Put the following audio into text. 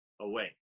away